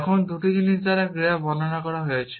এখন 2টি জিনিস দ্বারা ক্রিয়া বর্ণনা করা হয়েছে